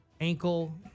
ankle